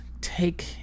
take